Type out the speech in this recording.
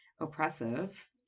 oppressive